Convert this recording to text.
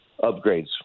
upgrades